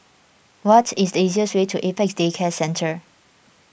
what is the easiest way to Apex Day Care Centre